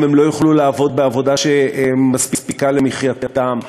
הם לא יוכלו לעבוד בעבודה שמספיקה למחייתם,